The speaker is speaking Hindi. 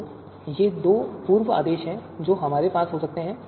तो ये दो पूर्व आदेश हैं जो हमारे पास हो सकते हैं